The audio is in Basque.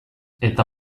eta